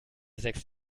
sechs